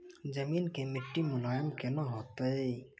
जमीन के मिट्टी मुलायम केना होतै?